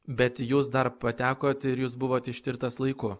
bet jūs dar patekot ir jūs buvot ištirtas laiku